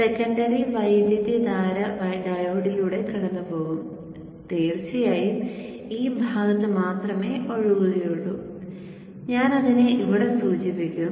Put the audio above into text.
secondary വൈദ്യുതധാര ഡയോഡിലൂടെ കടന്നുപോകും തീർച്ചയായും ഈ ഭാഗത്ത് മാത്രമേ ഒഴുകുകയുള്ളൂ ഞാൻ അതിനെ ഇവിടെ സൂചിപ്പിക്കും